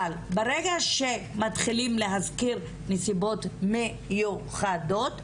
אבל ברגע שמתחילים להזכיר נסיבות מיוחדות,